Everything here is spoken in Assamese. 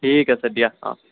ঠিক আছে দিয়া অঁ